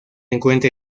encuentra